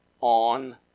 on